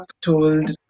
told